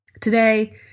Today